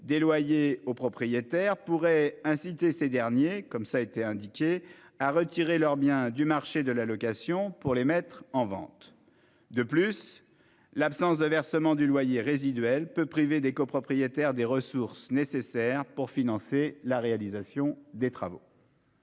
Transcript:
des loyers aux propriétaires pourrait inciter ces derniers à retirer leurs biens du marché de la location pour les mettre en vente. De plus, l'absence de versement du loyer résiduel peut priver certains propriétaires des ressources nécessaires pour financer la réalisation des travaux.